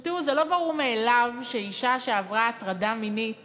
לא ברור מאליו שאישה שעברה הטרדה מינית